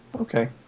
Okay